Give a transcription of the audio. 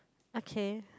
okay